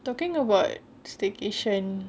talking about staycation